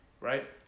right